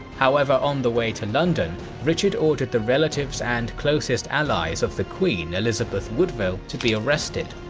however, on the way to london richard ordered the relatives and closest allies of the queen elizabeth woodville to be arrested.